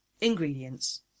Ingredients